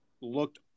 looked